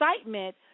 excitement